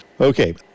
Okay